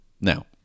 Now